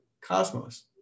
cosmos